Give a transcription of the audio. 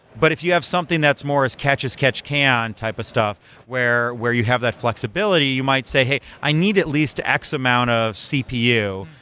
but if you have something that's more as catch as catch can type a stuff where where you have that flexibility, you might say, hey, i need at least x amount of cpu,